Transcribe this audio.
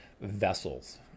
vessels